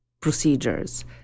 procedures